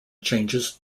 changes